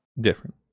Different